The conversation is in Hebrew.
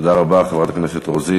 תודה רבה, חברת הכנסת רוזין.